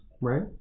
right